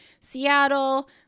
Seattle